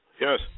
yes